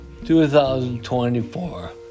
2024